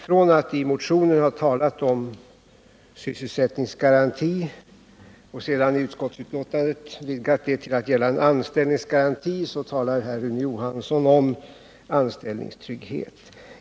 Från att i motionen ha talat om sysselsättningsgaranti och sedan i utskottsbetänkandet ha utvidgat det till att gälla en anställningsgaranti, så talar Rune Johansson här om anställningstrygghet.